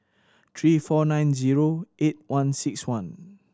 three four nine zero eight one six one